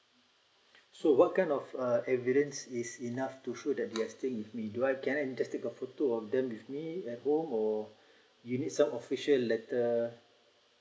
so what kind of uh evidence is enough to show that they are staying with me do I can I just take a photo of them with me at home or you need some official letter